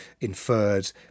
inferred